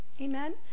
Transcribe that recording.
Amen